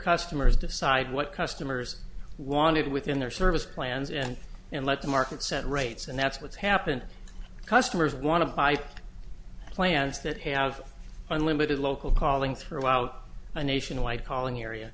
customers decide what customers wanted within their service plans and and let the market set rates and that's what's happened customers want to buy plans that have unlimited local calling throughout a nationwide calling area